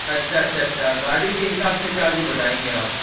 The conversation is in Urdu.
اچھا اچھا اچھا اچھا گاڑی کے حساب سے چارج بتائیں گے آپ